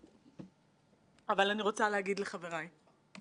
אבל אם את רוצה אני אדאג לך...